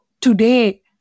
today